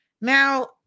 Now